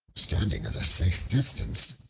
standing at a safe distance,